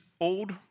old